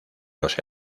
los